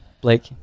Blake